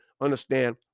understand